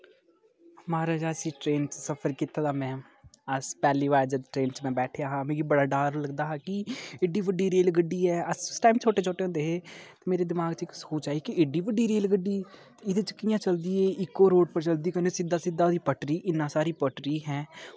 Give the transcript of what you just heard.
हमारी जैसी ट्रेन च सफर कीते दा में अस पैह्ली बार जेल्लै में ट्रेन च में बैठेआ हा मिगी बड़ा डर लगदा हा कि एड्डी बड्डी रेलगड्डी ऐ अस उस टाइम छोटे छोटे होंदे हे ते मेरे दमाग च इक सोच आई कि एड्डी बड्डी रेलगड्डी एह्दे बिच्च कि'यां चढ़गे इक्को रोड पर चलदी कन्नै सिद्धा सिद्धा ओह्दी पटरी इ'न्ना सारी पटरी हैं